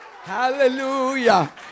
Hallelujah